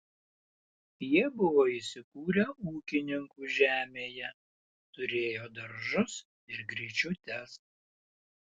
jie buvo įsikūrę ūkininkų žemėje turėjo daržus ir gryčiutes